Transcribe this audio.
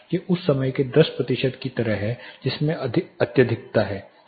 ये उस समय के 10 प्रतिशत की तरह हैं जिसमें अत्यधिकता है